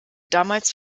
damals